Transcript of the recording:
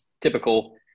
typical